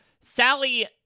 Sally